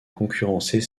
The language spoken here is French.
concurrencer